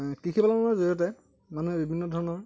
আ কৃষি পালনৰ জৰিয়তে মানুহে বিভিন্ন ধৰণৰ